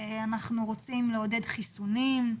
אנחנו רוצים לעודד חיסונים,